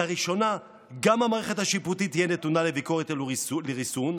לראשונה גם המערכת השיפוטית תהיה נתונה לביקורת ולריסון.